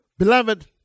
Beloved